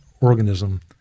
organism